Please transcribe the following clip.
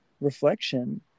reflection